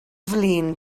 flin